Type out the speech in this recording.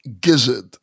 gizzard